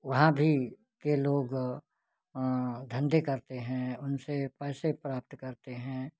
वहाँ भी के लोग धंधे करते हैं उनसे पैसे प्राप्त करते हैं